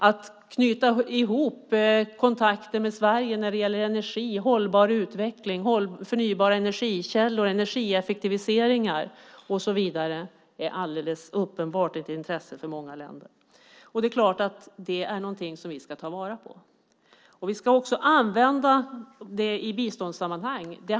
Att knyta ihop kontakter med Sverige när det gäller energi, hållbar utveckling, förnybara energikällor, energieffektiviseringar och så vidare är alldeles uppenbart ett intresse för många länder. Det är klart att det är någonting som vi ska ta vara på. Vi ska också använda det i biståndssammanhang.